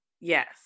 Yes